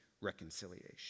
reconciliation